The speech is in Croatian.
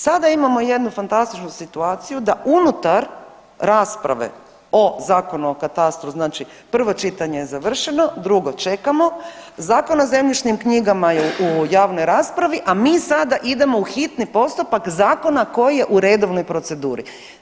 Sada imamo jednu fantastičnu situaciju da unutar rasprave o Zakona o katastru, znači prvo čitanje je završeno, drugo čekamo, Zakon o zemljišnim knjigama je u javnoj raspravi, a mi sada idemo u hitni postupak zakona koji je u redovnoj proceduri.